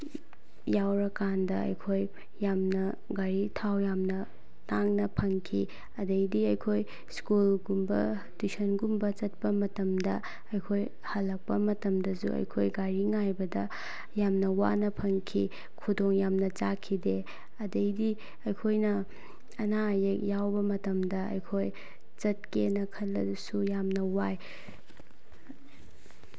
ꯌꯥꯎꯔꯀꯥꯟꯗ ꯑꯩꯈꯣꯏ ꯌꯥꯝꯅ ꯒꯥꯔꯤ ꯊꯥꯎ ꯌꯥꯝꯅ ꯇꯥꯡꯅ ꯐꯪꯈꯤ ꯑꯗꯒꯤꯗꯤ ꯑꯩꯈꯣꯏ ꯁ꯭ꯀꯨꯜꯒꯨꯝꯕ ꯇ꯭ꯌꯨꯁꯟꯒꯨꯝꯕ ꯆꯠꯄ ꯃꯇꯝꯗ ꯑꯩꯈꯣꯏ ꯍꯜꯂꯛꯄ ꯃꯇꯝꯗꯁꯨ ꯑꯩꯈꯣꯏ ꯒꯥꯔꯤ ꯉꯥꯏꯕꯗ ꯌꯥꯝꯅ ꯋꯥꯅ ꯐꯪꯈꯤ ꯈꯨꯗꯣꯡ ꯌꯥꯝꯅ ꯆꯥꯈꯤꯗꯦ ꯑꯗꯒꯤꯗꯤ ꯑꯩꯈꯣꯏꯅ ꯑꯅꯥ ꯑꯌꯦꯛ ꯌꯥꯎꯕ ꯃꯇꯝꯗ ꯑꯩꯈꯣꯏ ꯆꯠꯀꯦꯅ ꯈꯜꯂꯁꯨ ꯌꯥꯝꯅ ꯋꯥꯏ